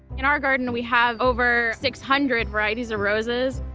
in our garden. we have over six hundred varieties of roses,